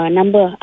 number